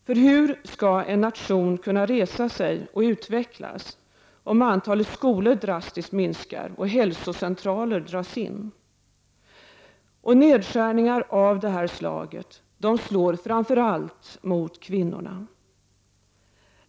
För hur skall en nation kunna resa sig och utvecklas om antalet skolor drastiskt minskar och hälsocentraler dras in? Nedskärningar av det här slaget slår framför allt mot kvinnorna.